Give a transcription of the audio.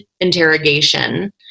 interrogation